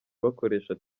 bakoresha